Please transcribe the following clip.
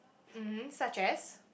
mmhmm such as